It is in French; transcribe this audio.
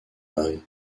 mary